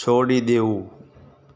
છોડી દેવું